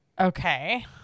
Okay